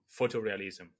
photorealism